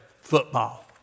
football